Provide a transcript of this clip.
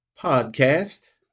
podcast